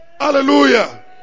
Hallelujah